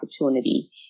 opportunity